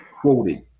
Quoted